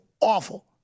awful